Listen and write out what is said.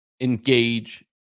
engage